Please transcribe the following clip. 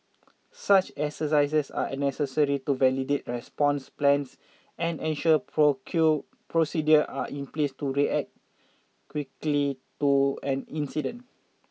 such exercises are necessary to validate response plans and ensure procedures are in place to react quickly to an incident